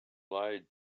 lied